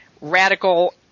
radical